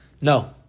No